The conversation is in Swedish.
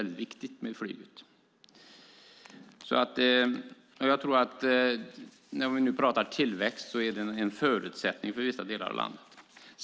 Det är en förutsättning för tillväxten i vissa delar av landet.